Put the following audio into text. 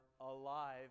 alive